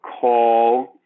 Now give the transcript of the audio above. call